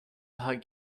hug